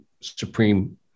Supreme